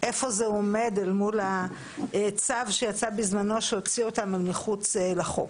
איפה זה עומד אל מול הצו שיצא בזמנו שהוציא אותם מחוץ לחוק?